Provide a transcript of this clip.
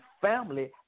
family